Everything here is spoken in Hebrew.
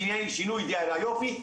שיהיה שינוי אידאל היופי,